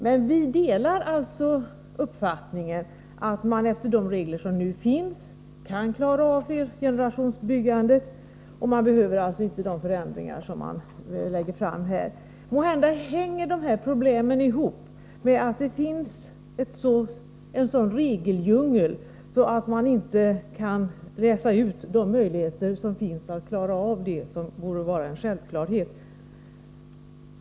Men vi delar alltså uppfattningen att man efter de regler som nu finns kan klara byggandet för flergenerationsbyggandet, och man behöver inte de förändringar som föreslås här. Måhända hänger dessa problem ihop med att det är en sådan regeldjungel att man inte kan läsa ut de möjligheter som finns att klara av det som borde vara en självklarhet.